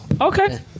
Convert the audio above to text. Okay